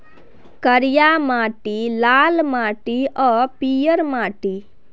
करिया माटि, लाल माटि आ पीयर माटि